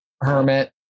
Hermit